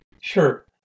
Sure